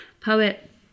Poet